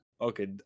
okay